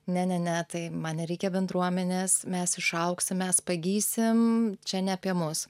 ne ne ne tai man nereikia bendruomenės mes išaugsim mes pagysim čia ne apie mus